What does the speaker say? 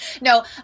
no